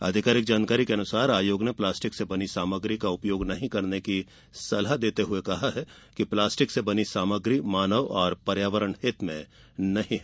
आधिकारिक जानकारी के अनुसार आयोग ने प्लास्टिक से बनी सामग्री का उपयोग नहीं करने की सलाह देते हुये कहा है कि प्लास्टिक से बनी सामग्री मानव और पर्यावरण हित में नहीं है